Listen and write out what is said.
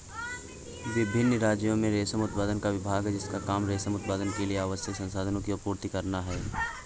विभिन्न राज्यों में रेशम उत्पादन का विभाग है जिसका काम रेशम उत्पादन के लिए आवश्यक संसाधनों की आपूर्ति करना है